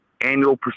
annual